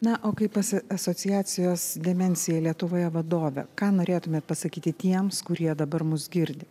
na o kaip pasi asociacijos demencija lietuvoje vadovė ką norėtumėte pasakyti tiems kurie dabar mus girdi